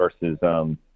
versus